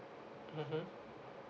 mmhmm